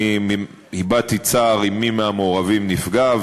אני הבעתי צער אם מי מהמעורבים נפגע,